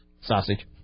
Sausage